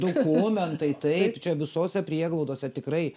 dokumentai taip čia visose prieglaudose tikrai